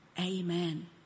Amen